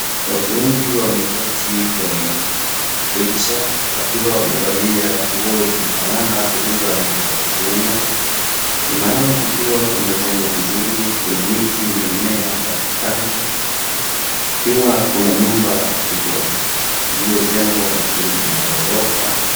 Watu wengi wameketi kwenye wheelchair wakiwa wamevalia nguo zimefanana zilizoandikwa Kenya nyuma yao kukiwa kumejengwa vizuri. Kuna miti, mimea kandokando, ikiwa kuna nyumba kubwa iliyojengwa ikiwa ni ya ghorofa.